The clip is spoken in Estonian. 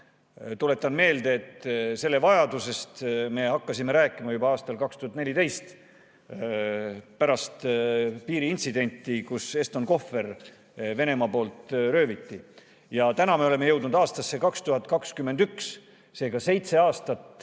Tuletan meelde, et selle vajadusest me hakkasime rääkima juba aastal 2014, pärast piiriintsidenti, kui Eston Kohver Venemaa poolt rööviti. Täna me oleme jõudnud aastasse 2021, seega seitse aastat